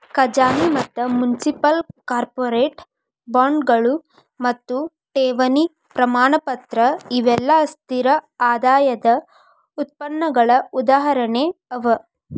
ಖಜಾನಿ ಮತ್ತ municipal, corporate ಬಾಂಡ್ಗಳು ಮತ್ತು ಠೇವಣಿ ಪ್ರಮಾಣಪತ್ರ ಇವೆಲ್ಲಾ ಸ್ಥಿರ ಆದಾಯದ್ ಉತ್ಪನ್ನಗಳ ಉದಾಹರಣೆ ಅವ